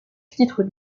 titre